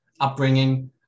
upbringing